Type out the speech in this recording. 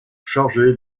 chargé